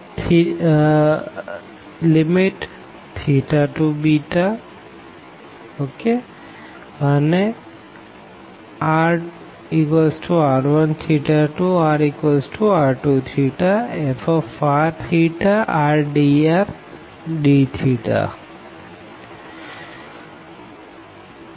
θαrr1rr2frθrdrdθ